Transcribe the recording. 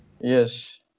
Yes